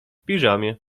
piżamie